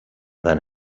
than